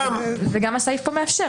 והסעיף פה מאפשר,